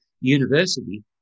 university